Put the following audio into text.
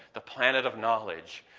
the planet of knowledge,